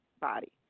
body